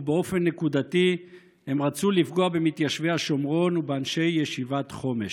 ובאופן נקודתי הם רצו לפגוע במתיישבי השומרון ובאנשי ישיבת חומש.